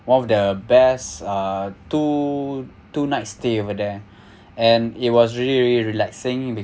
one of the best uh two two night stay over there and it was really really relaxing